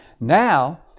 now